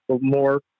more